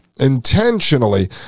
intentionally